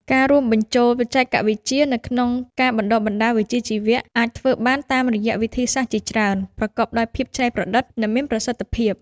ការរួមបញ្ចូលបច្ចេកវិទ្យានៅក្នុងការបណ្តុះបណ្តាលវិជ្ជាជីវៈអាចធ្វើបានតាមរយៈវិធីសាស្ត្រជាច្រើនប្រកបដោយភាពច្នៃប្រឌិតនិងមានប្រសិទ្ធភាព។